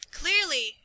clearly